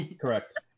Correct